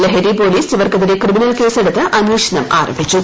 Laheri police ഇവർക്കെതിരെ criminal കേസെടുത്ത് അന്വേഷണം ആരംഭിച്ചു